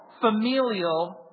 familial